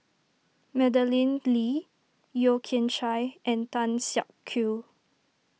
Madeleine Lee Yeo Kian Chye and Tan Siak Kew